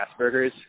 Aspergers